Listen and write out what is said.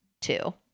two